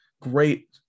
great